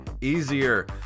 easier